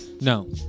No